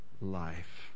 life